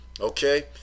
Okay